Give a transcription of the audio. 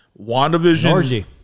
WandaVision